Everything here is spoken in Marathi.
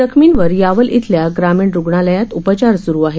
जखमींवर यावल इथल्या ग्रामीण रूग्णालयात उपचार सुरू आहेत